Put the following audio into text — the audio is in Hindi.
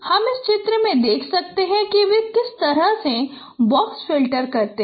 हम इस चित्र में देख सकते हैं कि वे किस तरह से बॉक्स फ़िल्टर करते हैं